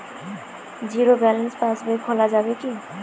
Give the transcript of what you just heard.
Zero balance pass বই খোলা যাবে কি?